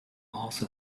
also